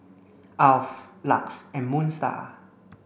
Alf LUX and Moon Star